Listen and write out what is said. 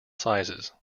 sizes